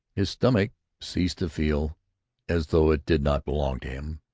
his stomach ceased to feel as though it did not belong to him,